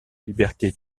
liberté